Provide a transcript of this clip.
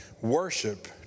Worship